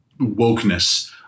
wokeness